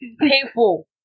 painful